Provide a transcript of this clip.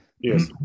Yes